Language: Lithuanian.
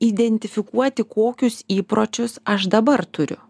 identifikuoti kokius įpročius aš dabar turiu